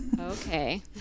Okay